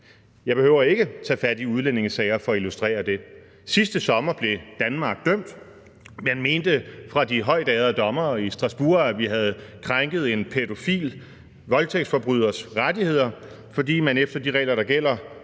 Jeg behøver ikke tage fat i udlændingesager for at illustrere det. Sidste sommer blev Danmark dømt. Man mente fra de højtærede dommeres side i Strasbourg, at vi havde krænket en pædofil voldtægtsforbryders rettigheder, fordi man efter de regler, der gælder